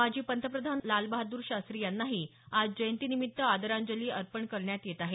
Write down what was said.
माजी पंतप्रधान लालबहाद्र शास्त्री यांनाही आज जयंतीनिमित्त आदरांजतली अर्पण करण्यात येत आहे